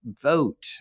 vote